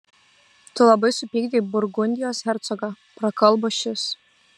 tu labai supykdei burgundijos hercogą prakalbo šis